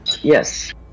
Yes